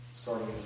Starting